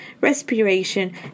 respiration